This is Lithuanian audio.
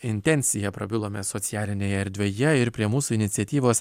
intenciją prabilome socialinėje erdvėje ir prie mūsų iniciatyvos